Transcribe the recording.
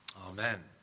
amen